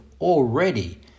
already